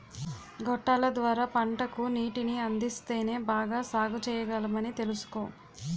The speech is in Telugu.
గొట్టాల ద్వార పంటకు నీటిని అందిస్తేనే బాగా సాగుచెయ్యగలమని తెలుసుకో